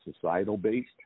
societal-based